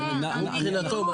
הוא מבחינתו,